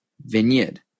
vineyard